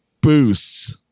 Boosts